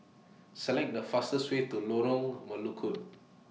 Select The fastest Way to Lorong Melukut